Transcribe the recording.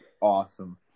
awesome